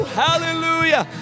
hallelujah